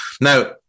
Now